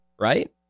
right